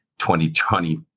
2020